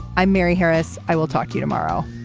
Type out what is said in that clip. i'm mary harris. i will talk to you tomorrow